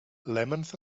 lemons